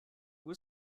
was